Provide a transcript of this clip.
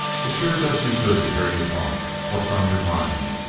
it sure does me good to hear you talk. what's on your mind?